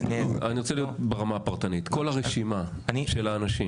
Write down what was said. אני רוצה לדעת ברמה הפרטנית כל הרשימה של האנשים